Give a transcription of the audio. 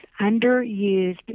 underused